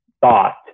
thought